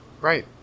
Right